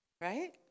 Right